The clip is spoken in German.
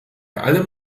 allem